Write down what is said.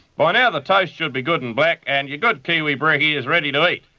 by now the toast should be good and black and you're good kiwi brekkie is ready to eat.